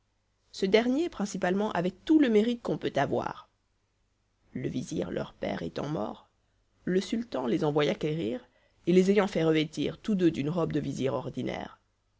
ce dernier principalement avait tout le mérite qu'on peut avoir le vizir leur père étant mort le sultan les envoya quérir et les ayant fait revêtir tous deux d'une robe de vizir ordinaire